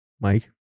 Mike